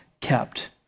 kept